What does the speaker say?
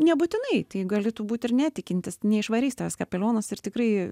nebūtinai tai gali tu būt ir netikintis neišvarys tavęs kapelionas ir tikrai